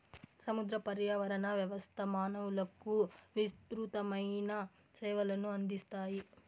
సముద్ర పర్యావరణ వ్యవస్థ మానవులకు విసృతమైన సేవలను అందిస్తాయి